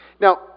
Now